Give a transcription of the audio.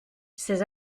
ces